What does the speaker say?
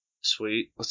Sweet